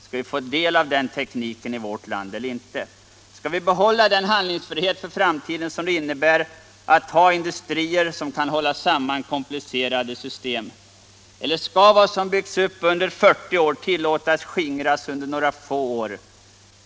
Skall vi få del av den tekniken i vårt land eller ej? Skall vi behålla den handlingsfrihet i framtiden som det innebär att ha industrier som kan hålla samman komplicerade system, eller skall det som byggts upp under 40 år tillåtas skingras under några få år?